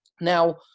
Now